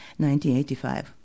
1985